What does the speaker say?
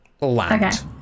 land